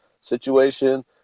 situation